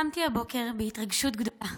קמתי הבוקר בהתרגשות גדולה.